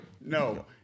No